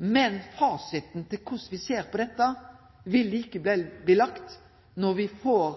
men fasiten til korleis me ser på dette, vil likevel bli lagd når vi får